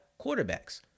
quarterbacks